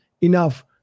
enough